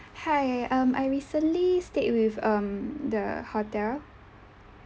hi um I recently stayed with um the hotel